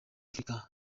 africa